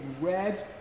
red